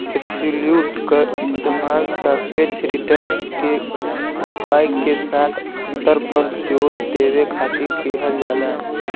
absolute क इस्तेमाल सापेक्ष रिटर्न के उपाय के साथ अंतर पर जोर देवे खातिर किहल जाला